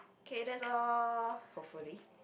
K that's all hopefully